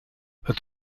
het